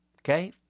Okay